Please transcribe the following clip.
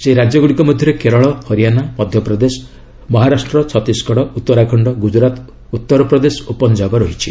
ସେହି ରାଜ୍ୟଗୁଡ଼ିକ ମଧ୍ୟରେ କେରଳ ହରିଆନା ମଧ୍ୟପ୍ରଦେଶ ମହାରାଷ୍ଟ୍ର ଛତିଶଗଡ଼ ଉତ୍ତରାଖଣ୍ଡ ଗୁଜରାତ ଉତ୍ତରପ୍ରଦେଶ ଓ ପଞ୍ଜାବ ରହିଛି